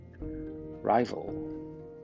rival